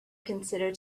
consider